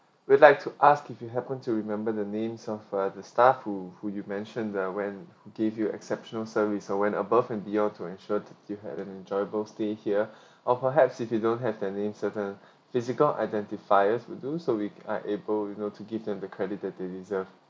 we'd like to ask if you happen to remember the names of uh the staff who who you mentioned the when who gave you exceptional service went above and beyond to ensure that you had an enjoyable stay here or perhaps if you don't have any certain physical identifier will do so we are able you know to give them the credit that they deserve